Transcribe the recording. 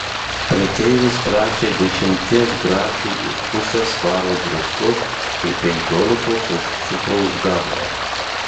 prekeivis prašė dešimties grašių už pusę svaro druskos ir penkiolikos už cukraus galvą